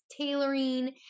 tailoring